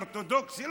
אורתודוקסים,